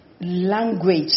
language